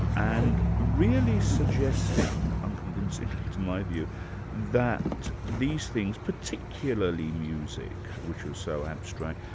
and really suggesting unconvincingly to my view that these things, particularly music, which is so abstract,